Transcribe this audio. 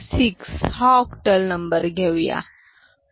6 हा octal number घेऊया